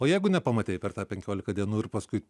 o jeigu nepamatei per tą penkiolika dienų ir paskui